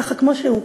ככה, כמו שהוא.